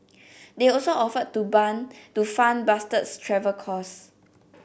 they also offered to to fund Bastard's travel cost